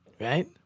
right